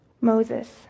Moses